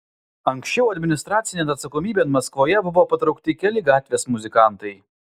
anksčiau administracinėn atsakomybėn maskvoje buvo patraukti keli gatvės muzikantai